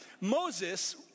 Moses